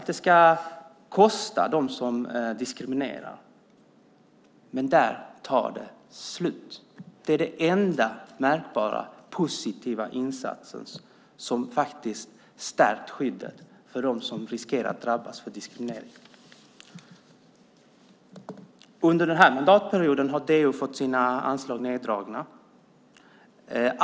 Det ska kosta dem som diskriminerar. Men där tar det slut. Det är den enda märkbara positiva insats som faktiskt har stärkt skyddet för dem som riskerar att drabbas av diskriminering. Under den här mandatperioden har DO fått sina anslag neddragna.